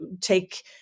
take